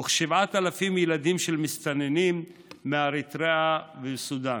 וכ-7,000 ילדים של מסתננים מאריתריאה ומסודאן.